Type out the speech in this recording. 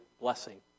Blessing